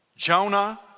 Jonah